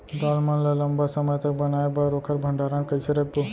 दाल मन ल लम्बा समय तक बनाये बर ओखर भण्डारण कइसे रखबो?